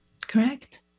Correct